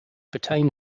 pertain